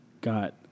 got